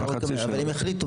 הם יחליטו.